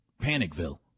Panicville